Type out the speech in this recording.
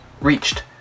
reached